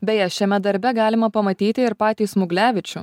beje šiame darbe galima pamatyti ir patį smuglevičių